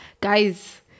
guys